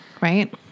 right